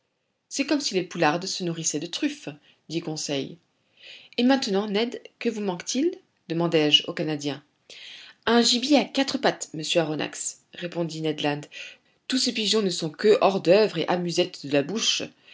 c'est comme si les poulardes se nourrissaient de truffes dit conseil et maintenant ned que vous manque-t-il demandai-je au canadien un gibier à quatre pattes monsieur aronnax répondit ned land tous ces pigeons ne sont que hors-d'oeuvre et amusettes de la bouche